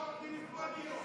חבריי חברי הכנסת,